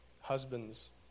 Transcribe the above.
husbands